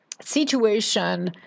Situation